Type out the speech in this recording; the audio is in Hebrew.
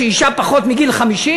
שאישה בת פחות מ-50,